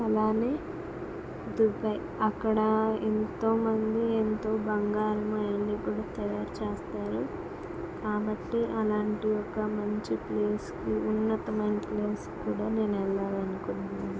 అలాగే దుబాయి అక్కడ ఎంతో మంది ఎంతో బంగారం అవన్నీ కూడా తయ్యారు చేస్తారు కాబట్టి అలాంటి ఒక మంచి ప్లేస్కి ఉన్నతమైన ప్లేస్కి కూడా నేను వెళ్ళాలనుకుంటున్నాను